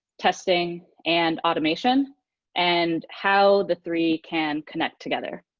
testing, and automation and how the three can connect together.